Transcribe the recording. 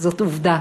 זאת עובדה,